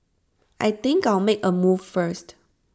I think I'll make A move first